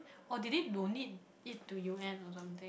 or did they donate it to U_N or something